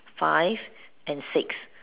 five and six